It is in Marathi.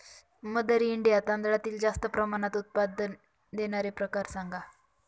मदर इंडिया तांदळातील जास्त प्रमाणात उत्पादन देणारे प्रकार सांगा